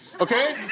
Okay